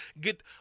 get